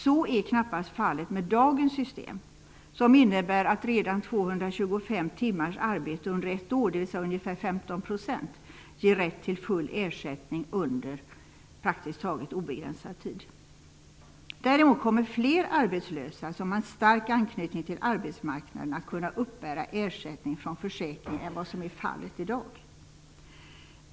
Så är knappast fallet med dagens system som innebär att redan 225 timmars arbete under ett år, dvs. ungefär Fler arbetslösa som har en stark anknytning till arbetsmarknaden kommer att kunna uppbära ersättning från försäkringen jämfört med hur det är i dag.